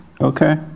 Okay